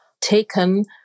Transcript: taken